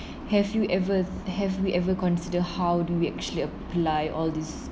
have you ever have we ever consider how do we actually apply all these